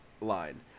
line